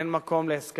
אין מקום לאסקלציה.